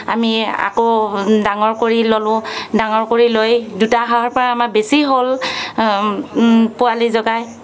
আমি আকৌ ডাঙৰ কৰি ললোঁ ডাঙৰ কৰি লৈ দুটা হাঁহৰপৰা আমাৰ বেছি হ'ল পোৱালি জগাই